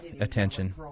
attention